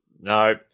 No